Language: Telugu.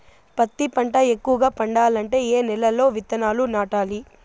పత్తి పంట ఎక్కువగా పండాలంటే ఏ నెల లో విత్తనాలు నాటాలి?